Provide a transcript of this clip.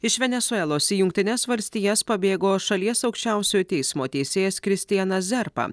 iš venesuelos į jungtines valstijas pabėgo šalies aukščiausiojo teismo teisėjas kristianas zerpa